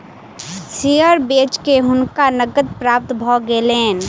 share बेच के हुनका नकद प्राप्त भ गेलैन